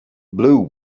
blue